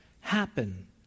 happen